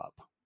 up